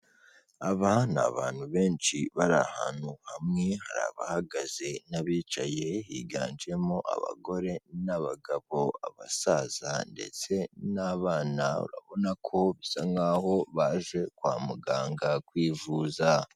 Aba ni abantu benshi bari ahantu hamwe, hari abahagaze n'abicaye, higanjemo abagore n'abagabo, abasaza ndetse n'abana, urabona ko bisa nk'aho baje kwa muganga kwivuza.